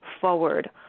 forward